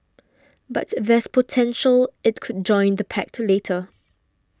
but there's potential it could join the pact later